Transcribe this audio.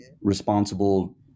responsible